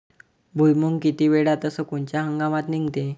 भुईमुंग किती वेळात अस कोनच्या हंगामात निगते?